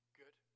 good